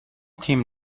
تیم